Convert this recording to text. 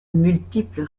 multiples